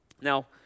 Now